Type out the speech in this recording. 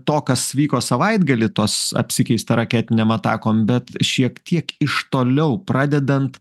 to kas vyko savaitgalį tos apsikeista raketinėm atakom bet šiek tiek iš toliau pradedant